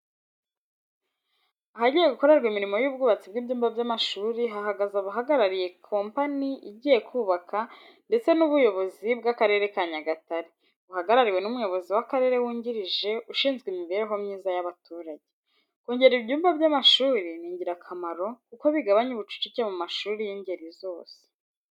Ahagiye gukorerwa imirimo y'ubwubatsi bw'ibyumba by'amashuri, hahagaze abahagarariye kompanyi igihe kubaka ndetse n'ubuyobozi bw'akarere ka Nyagatare, buhagarariwe n'umuyobozi w'akarere wungirije ushinzwe imibereho myiza y'abaturage. Kongera ibyumba by'amashuri ni ingirakamaro kuko bigabanya ubucucike mu mashuri y'ingeri zose.